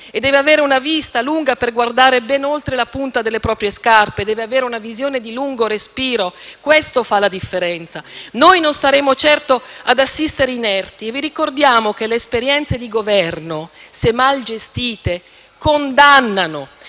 deve avere la vista lunga per guardare ben oltre la punta delle proprie scarpe, deve avere una visione di lungo respiro: questo fa la differenza. Noi non staremo certo ad assistere inerti e vi ricordiamo che le esperienze di Governo, se mal gestite, condannano.